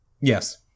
Yes